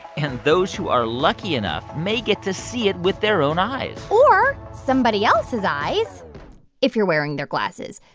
and those who are lucky enough may get to see it with their own eyes or somebody else's eyes if you're wearing their glasses.